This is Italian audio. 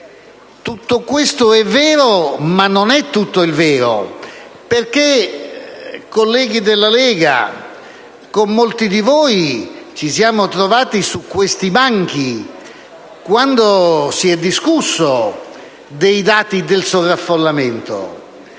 Tutto questo è vero, ma non è tutto il vero. Colleghi della Lega, con molti di voi ci siamo trovati su questi bianchi quando si è discusso dei dati del sovraffollamento.